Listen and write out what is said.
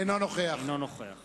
אינו נוכח